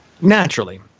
Naturally